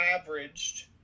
averaged